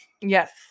Yes